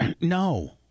No